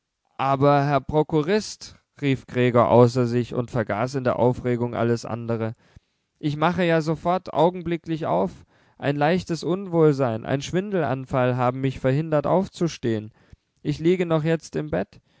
aber herr prokurist rief gregor außer sich und vergaß in der aufregung alles andere ich mache ja sofort augenblicklich auf ein leichtes unwohlsein ein schwindelanfall haben mich verhindert aufzustehen ich liege noch jetzt im bett